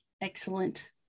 excellent